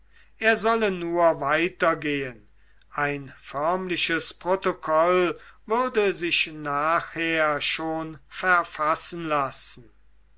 er solle nur weitergehen ein förmliches protokoll würde sich nachher schon verfassen lassen